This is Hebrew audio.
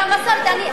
גם מסורת,